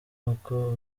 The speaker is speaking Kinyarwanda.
uko